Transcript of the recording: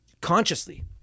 consciously